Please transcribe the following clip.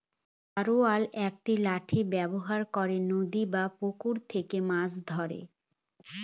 ধারওয়ালা একটি লাঠি ব্যবহার করে নদী বা পুকুরে থেকে মাছ ধরে